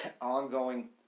ongoing